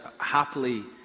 happily